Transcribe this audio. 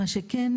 מה שכן,